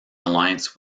alliance